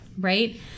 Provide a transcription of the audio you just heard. right